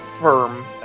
firm